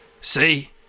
See